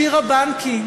שירה בנקי,